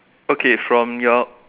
okay from your